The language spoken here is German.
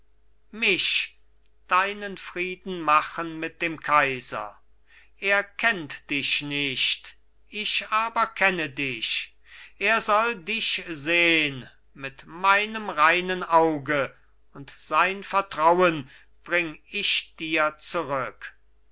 mich deinen frieden machen mit dem kaiser er kennt dich nicht ich aber kenne dich er soll dich sehn mit meinem reinen auge und sein vertrauen bring ich dir zurück